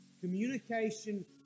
Communication